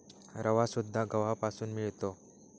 रवासुद्धा गव्हापासून मिळतो